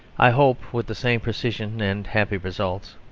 i hope with the same precision and happy results.